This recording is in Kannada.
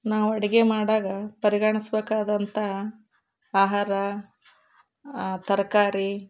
ನಾವು ಅಡುಗೆ ಮಾಡ್ವಾಗ ಪರಿಗಣಿಸ್ಬೇಕಾದಂಥ ಆಹಾರ ತರಕಾರಿ